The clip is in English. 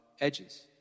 edges